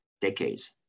decades